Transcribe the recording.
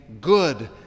Good